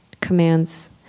commands